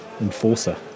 Enforcer